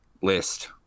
list